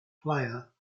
player